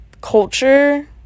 culture